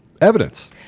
evidence